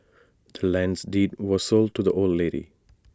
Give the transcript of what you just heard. the land's deed was sold to the old lady